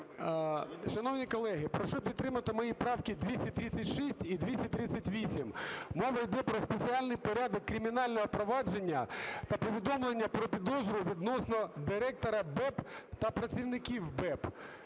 Шановні колеги, прошу підтримати мої правки 236 і 238. Мова йде про спеціальний порядок кримінального провадження та повідомлення про підозру відносно директора БЕБ та працівників БЕБ.